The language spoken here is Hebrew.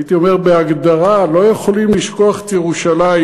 הייתי אומר בהגדרה, לא יכולים לשכוח את ירושלים,